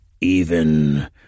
Even